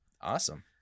Awesome